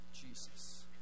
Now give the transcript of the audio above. Jesus